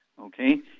okay